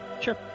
Sure